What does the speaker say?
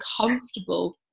comfortable